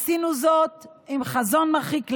עשינו זאת עם חזון מרחיק לכת,